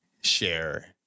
share